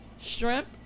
shrimp